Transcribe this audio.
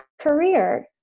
career